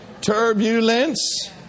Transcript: turbulence